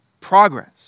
progress